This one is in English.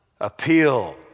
appeal